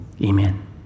Amen